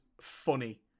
funny